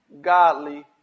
godly